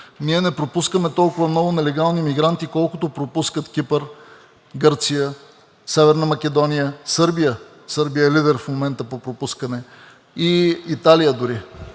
Ние не пропускаме толкова много нелегални емигранти, колкото пропускат Кипър, Гърция, Северна Македония, Сърбия – Сърбия е лидер в момента по пропускане, и Италия дори.